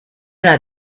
not